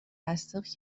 تصدیق